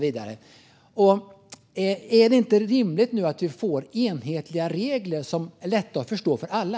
Vore det inte rimligt att vi får enhetliga regler som är lätta att förstå för alla?